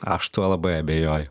aš tuo labai abejoju